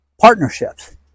partnerships